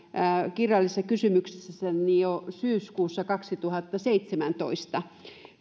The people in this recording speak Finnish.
kirjallisessa kysymyksessäni syyskuussa kaksituhattaseitsemäntoista